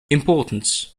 importance